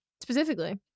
specifically